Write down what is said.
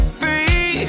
free